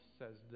says